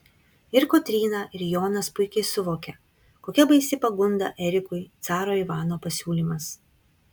ir kotryna ir jonas puikiai suvokia kokia baisi pagunda erikui caro ivano pasiūlymas